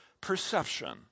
perception